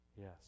Yes